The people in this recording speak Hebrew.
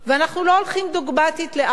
אנחנו לא הולכים דוגמטית לאף כיוון.